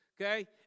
okay